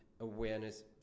awareness